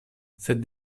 sed